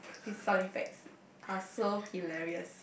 his sound effects are so hilarious